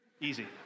Easy